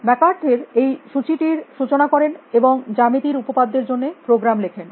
McCarthy এই সূচী টির সূচনা করেন এবং জ্যামিতির উপপাদ্যের জন্য প্রোগ্রাম লেখেন